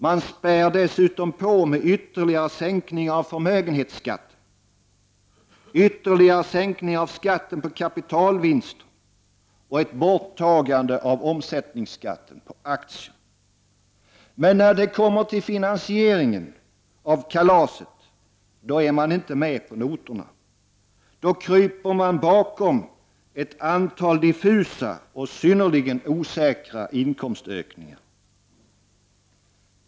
Man spär dessutom på med ytterligare sänkningar av förmögenhetsskatten och skatten på kapitalvinster samt borttagande av omsättningsskatten på aktier. Men när det inte kommer till finansiering av kalaset är man inte med på noterna. Då kryper man bakom ett antal diffusa och synnerligen osäkra inkomstökningar.